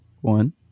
one